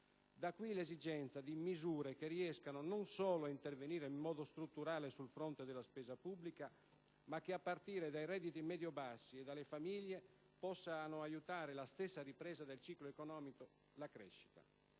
Da qui l'esigenza di misure che riescano non solo ad intervenire in modo strutturale sul fronte della spesa pubblica, ma che, a partire dai redditi medio-bassi e dalle famiglie, possano aiutare la stessa ripresa del ciclo economico e la crescita.